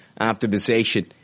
optimization